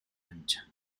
ancha